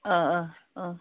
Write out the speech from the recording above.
ओं